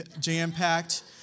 jam-packed